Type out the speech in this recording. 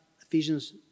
Ephesians